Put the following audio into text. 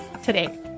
today